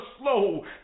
slow